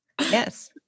Yes